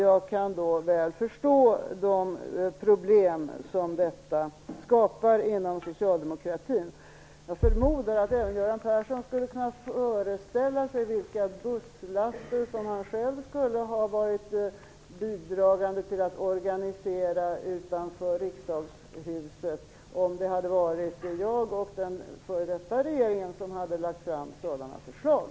Jag kan då mycket väl förstå de problem som detta skapar inom socialdemokratin. Jag förmodar att även Göran Persson kan föreställa sig vilka busslaster utanför Riksdagshuset han själv skulle ha varit bidragande till att organisera om jag och den förra regeringen hade lagt fram sådana förslag.